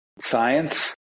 science